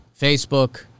Facebook